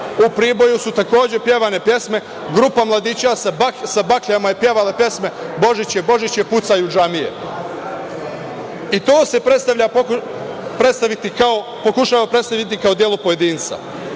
u Priboju su takođe pevane pesme, grupa mladića sa bakljama je pevala pesme „Božić je, Božić je, pucaj u džamije“ i to se pokušava predstaviti kao delo pojedinca.U